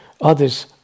others